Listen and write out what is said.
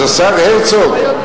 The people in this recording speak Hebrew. אז השר הרצוג,